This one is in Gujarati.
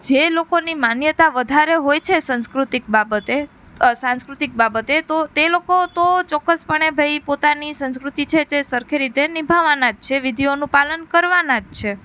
જે લોકોની માન્યતા વધારે હોય છે સંસ્કૃતિક બાબતે સાંસ્કૃતિક બાબતે તે લોકો તો ચોક્કસપણે ભાઈ પોતાની સંસ્કૃતિ છે તે સરખી રીતે નિભાવવાના જ છે વિધિઓનું પાલન કરવાના જ છે